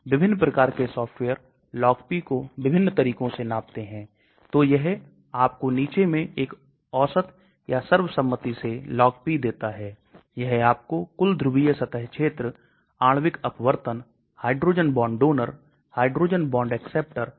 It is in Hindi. LogP को बढ़ाना इसे अधिक हाइड्रोफोबिक बनाना आकार में कमी जब आपके पास छोटा कंपाउंड होता है तो यह पढ़ने से बेहतर फैलता है ध्रुवीयता कम हो जाती है जिसका अर्थ है कि O H समूह और N H समूहों इत्यादि को हटा दें